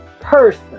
person